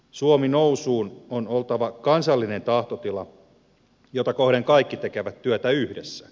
suomi nousuun on oltava kansallinen tahtotila jota kohden kaikki tekevät työtä yhdessä